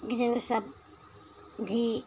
विजयदशमी भी